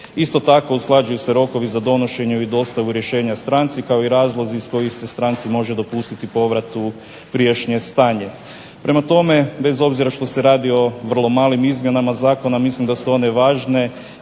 Isto tako usklađuju se rokovi za donošenje i dostavu rješenja stranci kao i razlozi iz kojih se stranci može dopustiti povrat u prijašnje stanje. Prema tome, bez obzira što se radi o vrlo malim izmjenama zakona mislim da su one važne